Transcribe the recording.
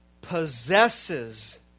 possesses